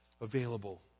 available